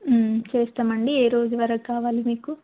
చేస్తామండి ఏ రోజు వరకు కావాలి మీకు